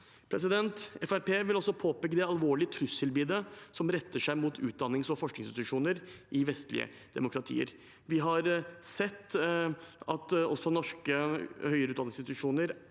Fremskrittspartiet vil også påpeke det alvorlige trusselbildet som retter seg mot utdannings- og forskningsinstitusjoner i vestlige demokratier. Vi har sett at også norske høyere utdanningsinstitusjoner